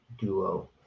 duo